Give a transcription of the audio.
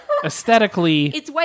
aesthetically